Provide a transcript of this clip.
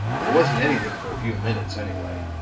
there wasn't anything for a few minutes, anyway.